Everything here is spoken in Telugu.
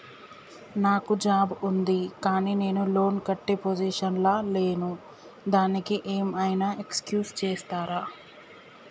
నాకు జాబ్ ఉంది కానీ నేను లోన్ కట్టే పొజిషన్ లా లేను దానికి ఏం ఐనా ఎక్స్క్యూజ్ చేస్తరా?